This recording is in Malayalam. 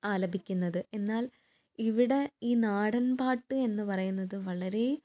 ആലപിക്കുന്നത് എന്നാൽ ഇവിടെ ഈ നാടൻ പാട്ട് എന്ന് പറയുന്നത് വളരെ